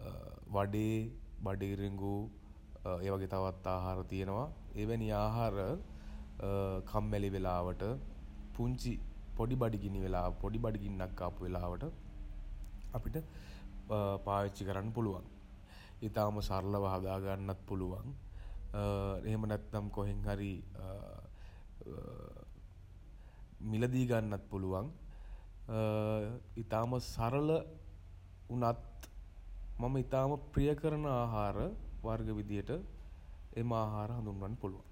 වඩේ බඩ ඉරිඟු ඒ වගේ තවත් ආහාර තියෙනවා. එවැනි ආහාර කම්මැලි වෙලාවට පුංචි පොඩි බඩගිනි වෙලා පොඩි බඩගින්නක් ආපු වෙලාවට අපිට පාවිච්චි කරන්න පුළුවන්. ඉතාම සරලව හදාගන්නත් පුළුවන් එහෙම නැත්නම් කොහෙන් හරි මිලදී ගන්නත් පුළුවන් ඉතාම සරල උනත් මම ඉතාම ප්‍රිය කරන ආහාර වර්ග විදිහට එම ආහාර හඳුන්වන්න පුළුවන්.